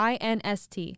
INST